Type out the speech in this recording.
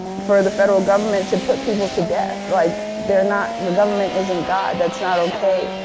for the federal government to put people to death. like they're not the government isn't god, that's not okay.